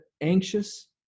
anxious